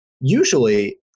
usually